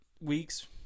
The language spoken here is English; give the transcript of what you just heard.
weeks